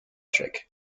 trek